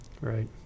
right